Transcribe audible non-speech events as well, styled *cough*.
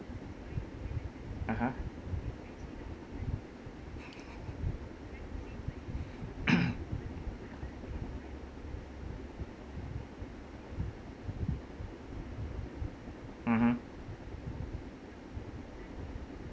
(uh huh) *noise* mmhmm